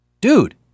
Dude